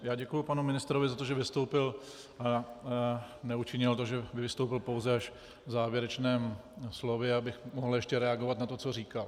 Já děkuji panu ministrovi za to, že vystoupil neučinil to, že by vystoupil pouze až v závěrečném slově, abych mohl ještě reagovat na to, co říkal.